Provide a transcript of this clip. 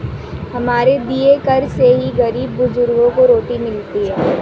हमारे दिए कर से ही गरीब बुजुर्गों को रोटी मिलती है